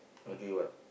agree what